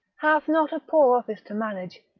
hath not a poor office to manage,